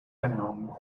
down